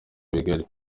bigari